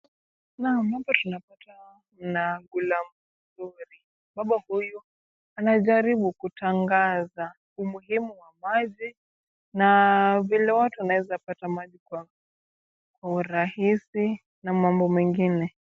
Hapa tunapatana na ghulamu mzuri. Baba huyu anajaribu kutangaza umuhimu wa maji na vile watu wanaweza pata maji kwa urahisi na mambo mengine.